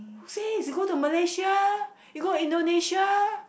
who says you go to Malaysia you go Indonesia